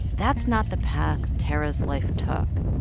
that's not the path tarra's life took,